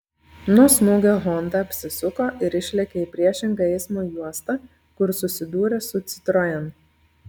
nuo smūgio honda apsisuko ir išlėkė į priešingą eismo juostą kur susidūrė su citroen